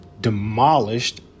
demolished